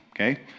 okay